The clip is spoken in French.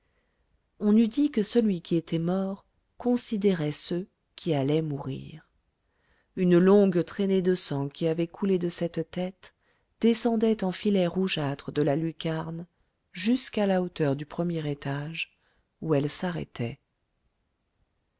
on eût dit que celui qui était mort considérait ceux qui allaient mourir une longue traînée de sang qui avait coulé de cette tête descendait en filets rougeâtres de la lucarne jusqu'à la hauteur du premier étage où elle s'arrêtait